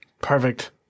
Perfect